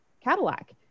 Cadillac